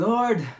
Lord